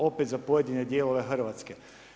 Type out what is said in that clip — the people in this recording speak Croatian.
Opet za pojedine dijelove Hrvatske.